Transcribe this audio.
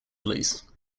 release